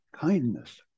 kindness